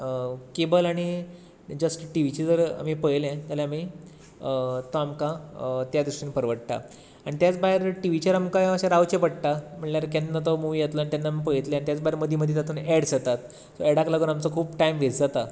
cable आनी just टिवीचे जर आमी पळयलें जाल्यार आमी तो आमकां त्या दृश्टीन परवडटा आनी त्याच भायर टिवीचेर आमकां अशें रावचें पडटा म्हणल्यार केन्ना तो मुवी येतलो केन्ना आमी तो मुवी पळयतले त्याच भायर तितुंत मदीं मदीं तितुंत एड जातात एडाक लागून आमचो खूब टायम वॅस्ट जाता